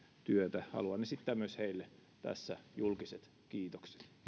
työtä haluan esittää myös heille tässä julkiset kiitokset